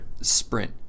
sprint